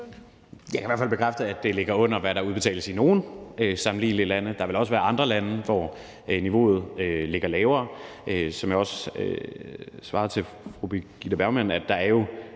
Jeg kan i hvert fald bekræfte, at det ligger under, hvad der udbetales i nogle sammenlignelige lande. Der vil også være andre lande, hvor niveauet ligger lavere. Som jeg også svarede fru Birgitte